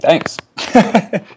Thanks